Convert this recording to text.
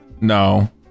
no